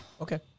Okay